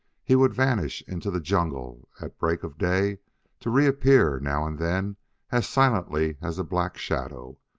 he would vanish into the jungle at break of day to reappear now and then as silently as a black shadow.